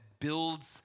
builds